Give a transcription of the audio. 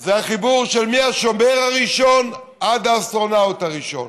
זה החיבור מהשומר הראשון עד האסטרונאוט הראשון,